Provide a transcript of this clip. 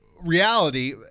reality